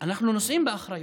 אנחנו נושאים באחריות,